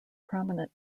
prominent